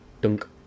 Dunk